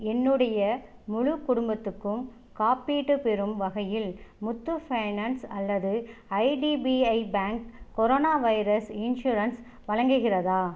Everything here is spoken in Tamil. என்னுடைய முழு குடும்பத்துக்கும் காப்பீட்டு பெறும் வகையில் முத்தூட் ஃபைனான்ஸ் அல்லது IDBI bank corona virus insurance வழங்குகிறதா